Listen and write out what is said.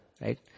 right